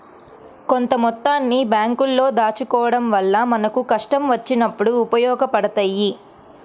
కొంత మొత్తాన్ని బ్యేంకుల్లో దాచుకోడం వల్ల మనకు కష్టం వచ్చినప్పుడు ఉపయోగపడతయ్యి